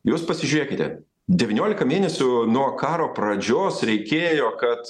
jūs pasižiūrėkite devyniolika mėnesių nuo karo pradžios reikėjo kad